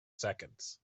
seconds